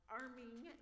arming